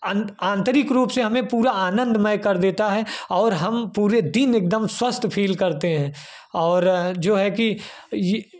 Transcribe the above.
अन्त आन्तरिक रूप से हमें पूरा आनंदमय कर देता है और हम पूरे दिन एकदम स्वस्थ फील करते हैं और जो है कि यह